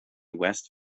west